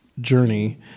journey